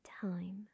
time